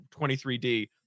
23D